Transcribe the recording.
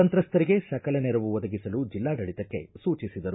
ಸಂತ್ರಸ್ತರಿಗೆ ಸಕಲ ನೆರವು ಒದಗಿಸಲು ಜಿಲ್ಲಾಡಳಿತಕ್ಕೆ ಸೂಚಿಸಿದರು